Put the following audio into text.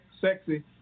sexy